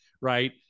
right